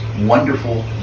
Wonderful